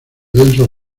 densos